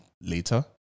later